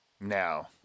Now